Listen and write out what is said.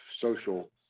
social